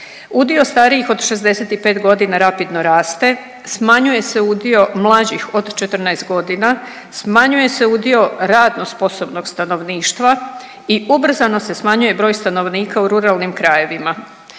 Udio starijih od 65 godina rapidno raste, smanjuje se udio mlađih od 14 godina, smanjuje se udio radno sposobnog stanovništva i ubrzano se smanjuje broj stanovnika u ruralnim krajevima.